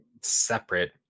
separate